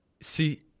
See